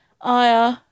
Aya